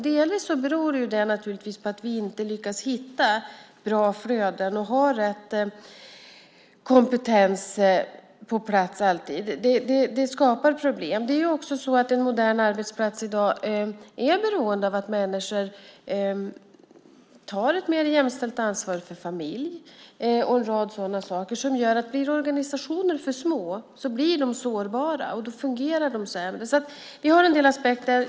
Delvis beror det naturligtvis på att vi inte lyckas hitta bra flöden och ha rätt kompetens på plats alltid. Det skapar problem. En modern arbetsplats i dag är också beroende av att människor till exempel tar ett mer jämställt ansvar för familjen. En rad sådana saker gör att organisationer blir sårbara om de blir för små. Då fungerar de sämre. Vi har en del aspekter.